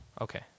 Okay